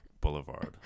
boulevard